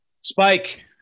Spike